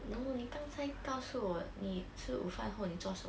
no 你刚才告诉你吃午饭后你做什么